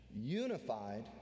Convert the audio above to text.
unified